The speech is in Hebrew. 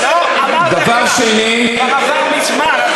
לא, הזמן כבר עבר מזמן.